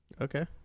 Okay